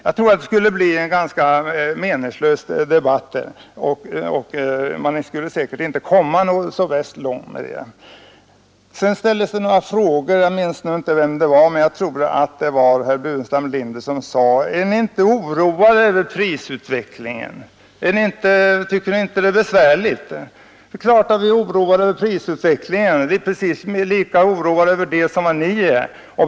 Jag tror det skulle bli en ganska meningslös debatt, och man skulle säkert inte komma så värst långt med den. Herr Burenstam Linder undrade om vi inte var oroade över prisutvecklingen och om vi inte tyckte det var besvärligt. Det är klart att vi är oroade över prisutvecklingen. Vi är precis lika oroade över den som ni.